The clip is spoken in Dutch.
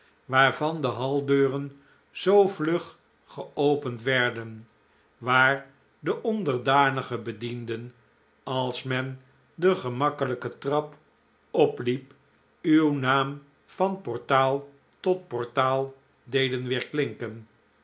waarvan de hal deuren zoo vlug geopend werden waar de onderdanige bedienden als men de gemakkelijke trap opliep uw naam van portaal tot portaal deden